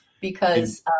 because-